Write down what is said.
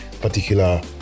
particular